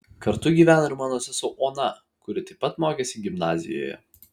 kartu gyveno ir mano sesuo ona kuri taip pat mokėsi gimnazijoje